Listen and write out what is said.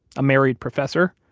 a married professor.